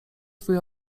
twój